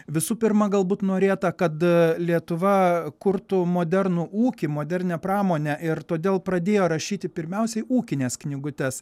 visų pirma galbūt norėta kad lietuva kurtų modernų ūkį modernią pramonę ir todėl pradėjo rašyti pirmiausiai ūkines knygutes